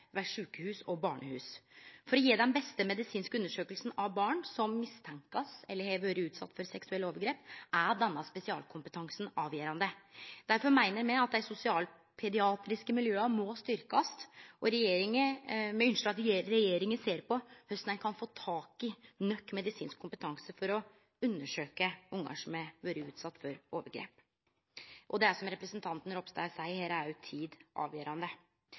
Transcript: ved sjukehus og barnehus. For å gje den beste medisinske undersøkinga av barn som ein mistenkjer for å vere – eller som har vore – utsette for seksuelle overgrep, er denne spesialkompetansen avgjerande. Derfor meiner me at dei sosialpediatriske miljøa må styrkast, og me ønskjer at regjeringa ser på korleis ein kan få tak i nok medisinsk kompetanse for å undersøkje barn som har vore utsette for overgrep. Her er, som representanten Ropstad seier, tid avgjerande.